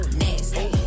nasty